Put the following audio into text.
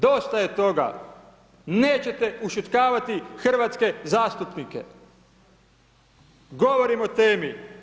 Dosta je toga, nećete ušutkavati hrvatske zastupnike, govorim o temi.